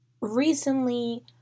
recently